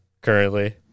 Currently